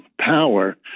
power